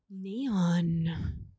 Neon